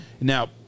Now